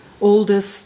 oldest